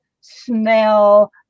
smell